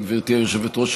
גברתי היושבת-ראש,